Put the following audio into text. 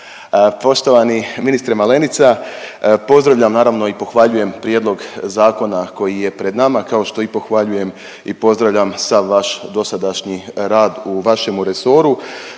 Poštovani ministre Malenica pozdravljam naravno i pohvaljujem prijedlog zakona koji je pred nama kao što i pohvaljujem i pozdravljam sav vaš dosadašnji rad u vašemu resoru.